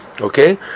Okay